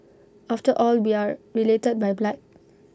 after all we are related by blood